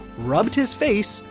rubbed his face,